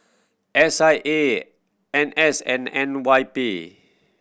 S I A N S and N Y P